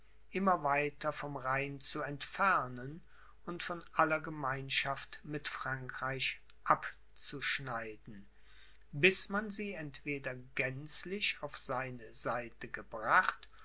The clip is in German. immer weiter vom rhein zu entfernen und von aller gemeinschaft mit frankreich abzuschneiden bis man sie entweder gänzlich auf seine seite gebracht